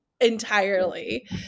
Entirely